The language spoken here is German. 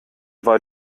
war